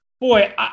boy